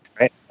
right